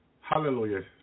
hallelujah